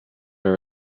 are